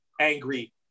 Angry